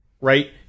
Right